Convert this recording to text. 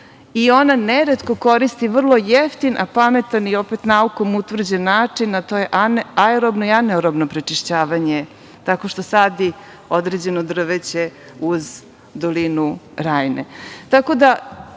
i ona neretko koristi vrlo jeftin, a pametan i opet naukom utvrđen način, a to je aerobno i anerobno prečišćavanje, tako što sadi određeno drveće uz dolinu Rajne.